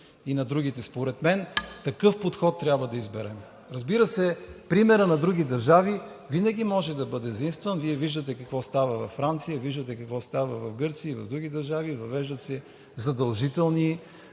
и на другите? Според мен такъв подход трябва да изберем. Разбира се, примерът на други държави винаги може да бъде заимстван. Вие виждате какво става във Франция, виждате какво става в Гърция, и в други държави, въвеждат се задължения